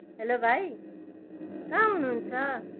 hello भाइ कहाँ हुनुहुन्छ